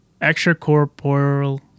extracorporeal